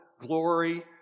glory